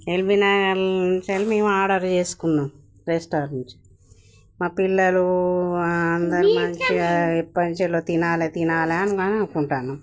LB Nagar నుండి మేము order చేసుకున్నాము రెస్టారెంట్ నుండి మా పిల్లలు అందరు మంచిగా ఎప్పటి నుండో తినాలి తినాలి అనిన అనుకుంటున్నాము